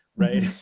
right,